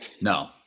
No